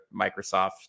Microsoft